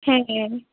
হ্যাঁ হ্যাঁ